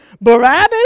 Barabbas